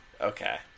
okay